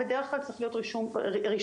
בדרך כלל צריך להיות רישום ברווחה,